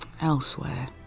elsewhere